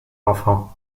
enfants